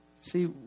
See